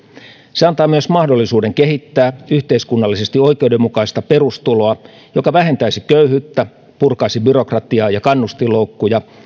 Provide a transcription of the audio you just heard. se antaa myös mahdollisuuden kehittää yhteiskunnallisesti oikeudenmukaista perustuloa joka vähentäisi köyhyyttä purkaisi byrokratiaa ja kannustinloukkuja